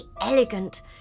elegant